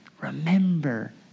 Remember